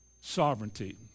sovereignty